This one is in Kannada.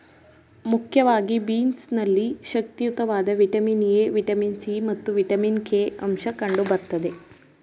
ಮುಖ್ಯವಾಗಿ ಬೀನ್ಸ್ ನಲ್ಲಿ ಶಕ್ತಿಯುತವಾದ ವಿಟಮಿನ್ ಎ, ವಿಟಮಿನ್ ಸಿ ಮತ್ತು ವಿಟಮಿನ್ ಕೆ ಅಂಶ ಕಂಡು ಬರ್ತದೆ